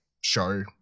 show